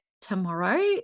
tomorrow